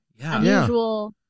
unusual